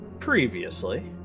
Previously